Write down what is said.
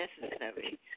necessary